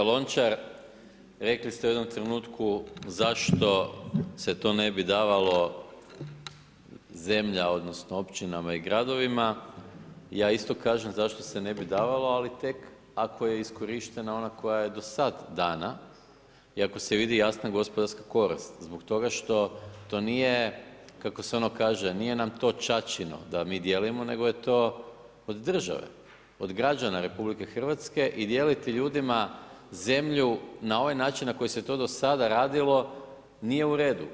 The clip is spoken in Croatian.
Kolega Lončar, rekli ste u jednom trenutku zašto se to ne bi davalo zemlja odnosno općinama i gradovima, aj isto kažem zašto se ne bi davalo ali tek ako je iskorištena ona koja je dosad dana i ako se vidi jasna gospodarska korist, zbog toga što to nije kako se ono kaže, nije nam to ćaćino da mi dijelimo nego je to od države, od građana RH i dijeliti ljudima zemlju na ovaj način na koji se to dosada radilo, nije u redu.